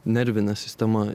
nervine sistema